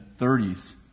30s